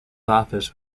office